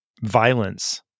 violence